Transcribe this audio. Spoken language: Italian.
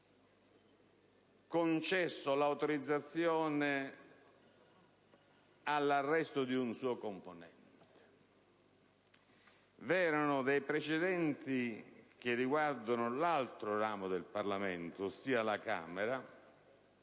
concesso l'autorizzazione all'arresto di un suo componente. Vi sono dei precedenti che riguardano l'altro ramo del Parlamento, ossia la Camera,